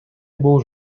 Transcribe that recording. бул